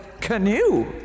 canoe